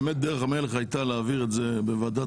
דרך המלך הייתה להעביר את זה בוועדת